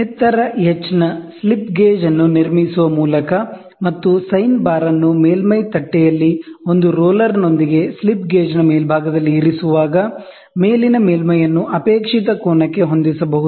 ಎತ್ತರ h ನ slip gauge ಅನ್ನು ನಿರ್ಮಿಸುವ ಮೂಲಕ ಮತ್ತು ಸೈನ್ ಬಾರ್ ಅನ್ನು ಮೇಲ್ಮೈ ತಟ್ಟೆಯಲ್ಲಿ ಒಂದು ರೋಲರ್ನೊಂದಿಗೆ ಸ್ಲಿಪ್ ಗೇಜ್ನ ಮೇಲ್ಭಾಗದಲ್ಲಿ ಇರಿಸುವಾಗ ಮೇಲಿನ ಮೇಲ್ಮೈಯನ್ನು ಅಪೇಕ್ಷಿತ ಕೋನಕ್ಕೆ ಹೊಂದಿಸಬಹುದು